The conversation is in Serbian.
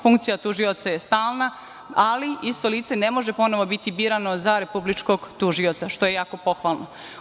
Funkcija tužioca je stalna, ali isto lice ne može ponovo biti birano za republičkog tužioca šta je jako pohvalno.